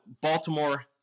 Baltimore